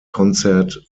concert